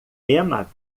emma